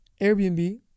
Airbnb